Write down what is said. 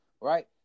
right